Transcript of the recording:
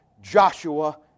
Joshua